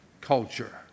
culture